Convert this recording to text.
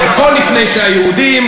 הכול לפני שהיהודים,